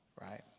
right